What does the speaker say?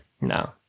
No